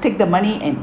take the money and